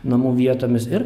namų vietomis ir